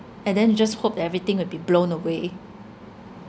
and then you just hope that everything will be blown away